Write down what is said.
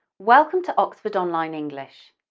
welcome to oxford online english!